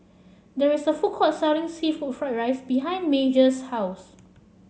there is a food court selling seafood Fried Rice behind Major's house